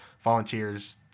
volunteers